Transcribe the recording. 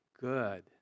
good